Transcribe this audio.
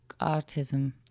autism